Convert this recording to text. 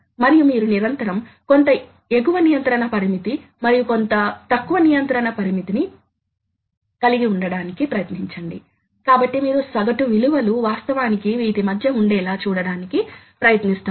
కానీ మీరు ఎప్పుడైనా నేపథ్యం అని పిలువబడే లోకి వెళ్లి ఆపై ఏదైనా ఒక ప్రోగ్రామ్ను అభివృద్ధి చేయడం ప్రారంభించవచ్చు అయితే ముందుభాగం లో వాస్తవానికి ఉత్పాదక ఆపరేషన్ వంటిది జరుగుతూ ఉంటుంది